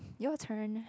your turn